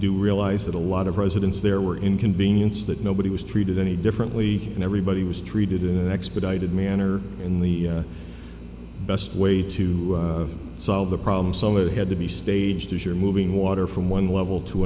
do realize that a lot of residents there were inconvenienced that nobody was treated any differently and everybody was treated in an expedited manner in the best way to solve the problem so it had to be staged as you're moving water from one level to